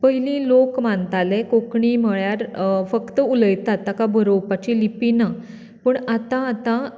पयली लोक मानताले कोंकणी म्हळ्यार फक्त उलयतात ताका बरोवपाची लिपी ना पूण आतां आतां